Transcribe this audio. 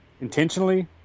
intentionally